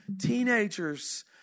Teenagers